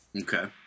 Okay